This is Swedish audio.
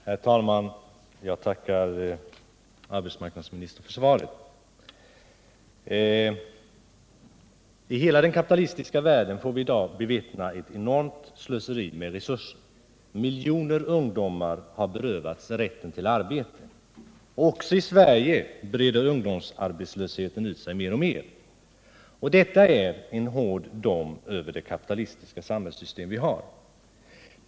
Herr talman! Jag tackar arbetsmarknadsministern för svaret. I hela den kapitalistiska världen får vi i dag bevittna ett enormt slöseri med resurser. Miljoner ungdomar har berövats rätten till arbete. Också i Sverige breder ungdomsarbetslösheten ut sig mer och mer. Detta är en hård dom över det kapitalistiska samhällssystemet.